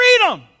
freedom